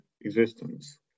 existence